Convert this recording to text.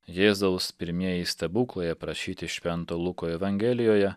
jėzaus pirmieji stebuklai aprašyti švento luko evangelijoje